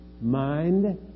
mind